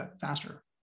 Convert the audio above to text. faster